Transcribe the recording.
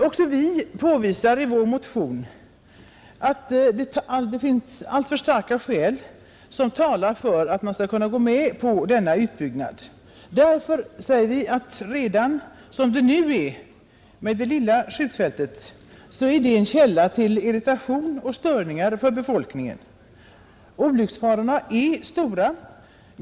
Också vi påvisar i vår motion att alltför starka skäl talar emot att man går med på denna utvidgning. Olycksriskerna är stora.